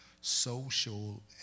social